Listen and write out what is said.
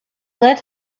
lead